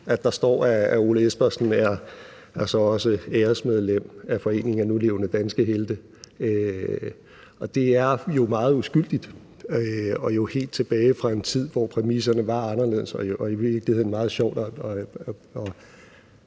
at der står, at Ole Espersen så også er æresmedlem af foreningen nulevende danske helte. Det er jo meget uskyldigt og helt tilbage fra en tid, hvor præmisserne var anderledes, og i